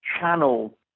channel